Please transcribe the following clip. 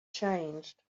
changed